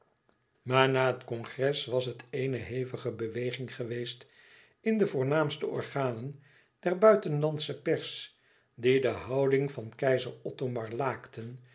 maar na het congres was het eene hevige beweging geweest in de voornaamste organen der buitenlandsche pers die de houding van keizer